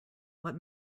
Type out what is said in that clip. what